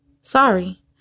Sorry